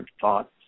thoughts